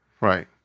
right